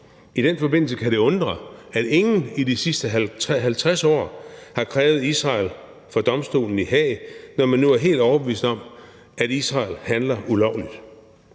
I den forbindelse kan det undre, at ingen i de sidste 50 år har krævet Israel for domstolen i Haag, når man nu er helt overbevist om, at Israel handler ulovligt.